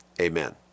amen